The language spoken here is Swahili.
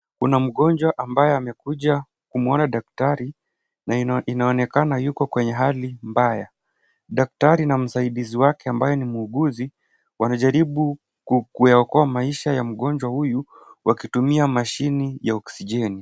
Kuna mgonjwa ambaye amekuja kumwona daktari na inaonekana yuko kwenye hali mbaya. Daktari na msaidizi wake ambaye ni muuguzi wanajaribu kuyaokoa maisha ya mgonjwa huyu wakitumia mashine ya oksijeni.